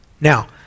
Now